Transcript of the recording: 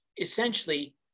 essentially